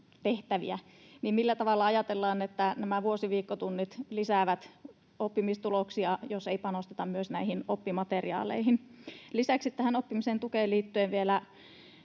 harjoitustehtäviä, niin millä tavalla ajatellaan, että nämä vuosiviikkotunnit lisäävät oppimistuloksia, jos ei panosteta myös näihin oppimateriaaleihin? Lisäksi tähän oppimisen tukeen liittyen olisin